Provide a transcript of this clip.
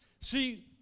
See